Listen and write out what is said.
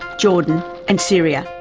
jordan and syria.